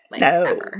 No